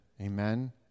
Amen